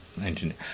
engineer